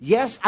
Yes